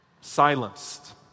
Silenced